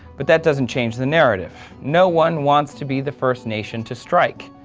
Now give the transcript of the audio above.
but that doesn't change the narrative. no one wants to be the first nation to strike.